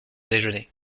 déjeuner